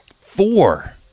Four